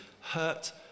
hurt